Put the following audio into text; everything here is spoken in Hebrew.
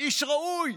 איש ראוי,